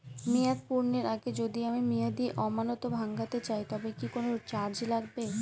মেয়াদ পূর্ণের আগে যদি আমি মেয়াদি আমানত ভাঙাতে চাই তবে কি কোন চার্জ লাগবে?